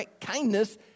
Kindness